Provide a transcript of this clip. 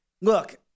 Look